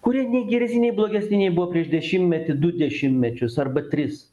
kurie nei geresni nei blogesni nei buvo prieš dešimtmetį du dešimtmečius arba tris